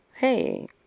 Hey